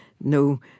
no